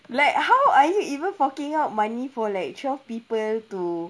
like how are you even forking out money for like twelve people to